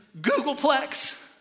Googleplex